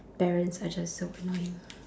parents are just so annoying